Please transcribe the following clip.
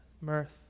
mirth